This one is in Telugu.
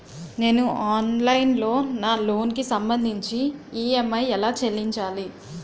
నేను ఆన్లైన్ లో నా లోన్ కి సంభందించి ఈ.ఎం.ఐ ఎలా చెల్లించాలి?